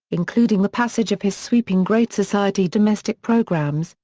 including the passage of his sweeping great society domestic programs,